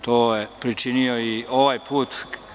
To je pričinio i ovaj put.